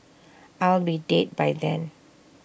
I'll be dead by then